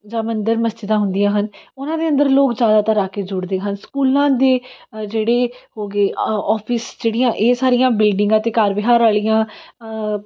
ਜਾਂ ਮੰਦਰ ਮਸਜਿਦਾਂ ਹੁੰਦੀਆਂ ਹਨ ਉਹਨਾਂ ਦੇ ਅੰਦਰ ਲੋਕ ਜ਼ਿਆਦਾਤਰ ਆ ਕੇ ਜੁੜਦੇ ਹਨ ਸਕੂਲਾਂ ਦੇ ਜਿਹੜੇ ਹੋ ਗਏ ਔਫਿਸ ਜਿਹੜੀਆਂ ਇਹ ਸਾਰੀਆਂ ਬਿਲਡਿੰਗਾਂ ਅਤੇ ਕਾਰ ਵਿਹਾਰ ਵਾਲੀਆਂ